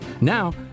Now